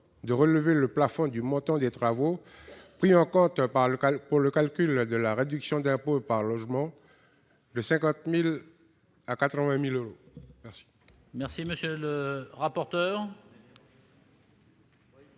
de relever le plafond du montant des travaux pris en compte pour le calcul de la réduction d'impôt par logement de 50 000 à 80 000 euros. Quel